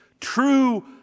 true